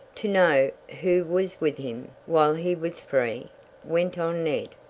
to know who was with him while he was free? went on ned.